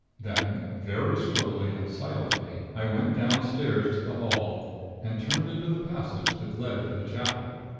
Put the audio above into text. then, very slowly and silently i went downstairs to the hall and turned into the passage that led to the chapel.